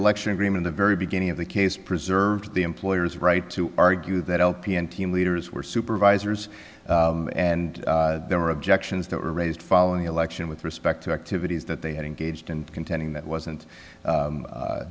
election agreement the very beginning of the case preserved the employer's right to argue that lp and team leaders were supervisors and there were objections that were raised following the election with respect to activities that they had engaged in contending that wasn't